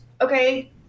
okay